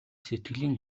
сэтгэлийн